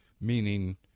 meaning